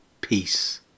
peace